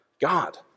God